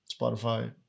Spotify